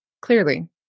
clearly